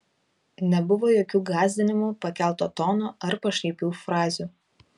nebuvo jokių gąsdinimų pakelto tono ar pašaipių frazių